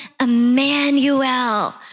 Emmanuel